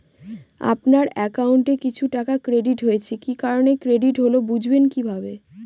আপনার অ্যাকাউন্ট এ কিছু টাকা ক্রেডিট হয়েছে কি কারণে ক্রেডিট হল বুঝবেন কিভাবে?